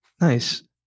Nice